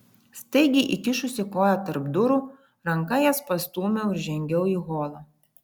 staigiai įkišusi koją tarp durų ranka jas pastūmiau ir žengiau į holą